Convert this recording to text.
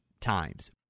times